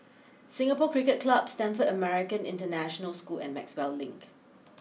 Singapore Cricket Club Stamford American International School and Maxwell Link